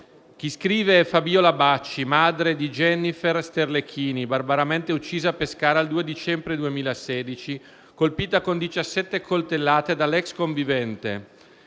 «Chi scrive è Fabiola Bacci, mamma di Jennifer Sterlecchini, barbaramente uccisa a Pescara il 2 dicembre 2016, colpita con 17 coltellate dall'ex convivente,